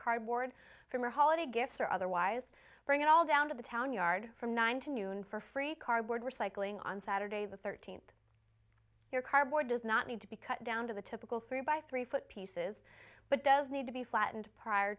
cardboard from your holiday gifts or otherwise bring it all down to the town yard from nine to noon for free cardboard recycling on saturday the thirteenth your cardboard does not need to be cut down to the typical three by three foot pieces but does need to be flattened prior